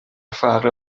فقر